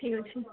ଠିକ୍ ଅଛି